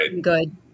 good